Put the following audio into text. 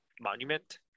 monument